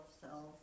cells